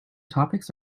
topics